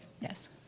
yes